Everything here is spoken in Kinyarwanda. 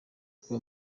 kuba